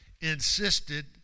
insisted